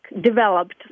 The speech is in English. developed